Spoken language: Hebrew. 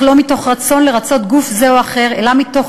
אך לא מתוך רצון לרצות גוף זה או אחר אלא מתוך